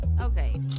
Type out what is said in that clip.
Okay